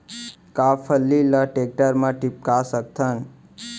का फल्ली ल टेकटर म टिपका सकथन?